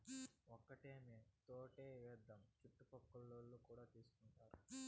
ఒక్కటేమీ తోటే ఏద్దాము చుట్టుపక్కలోల్లు కూడా తీసుకుంటారు